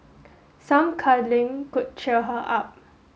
some cuddling could cheer her up